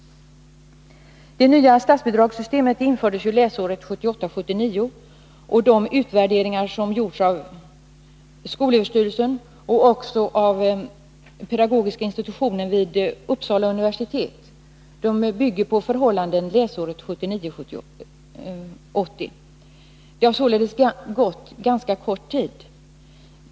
Det nya statsbidragssystemet infördes ju läsåret 1978 80. Det har således förflutit ganska kort tid sedan dess.